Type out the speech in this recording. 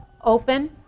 open